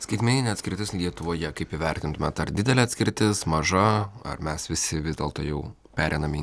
skaitmeninė atskirtis lietuvoje kaip įvertintumėt ar didelė atskirtis maža ar mes visi vis dėlto jau pereinam į